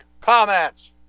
comments